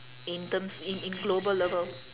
in terms in in global level